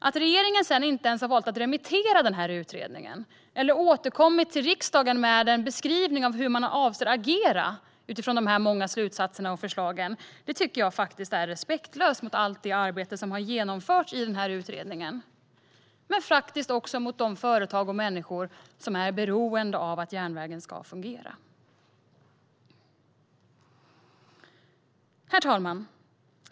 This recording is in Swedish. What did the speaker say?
Att regeringen sedan inte ens har valt att remittera utredningen eller återkommit till riksdagen med en beskrivning av hur man avser att agera utifrån de många slutsatserna och förslagen tycker jag faktiskt är respektlöst mot allt det arbete som har genomförts i utredningen, men också mot de företag och människor som är beroende av att järnvägen fungerar. Herr talman!